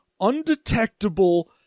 undetectable